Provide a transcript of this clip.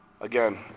Again